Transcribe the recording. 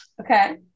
Okay